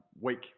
week